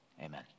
amen